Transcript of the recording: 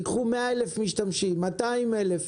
קחו 100,000 משתמשים, 200,000 משתמשים.